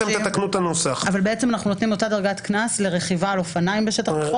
אנחנו נשב על זה.